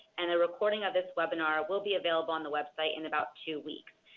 and a recording of this webinar will be available on the website in about two weeks.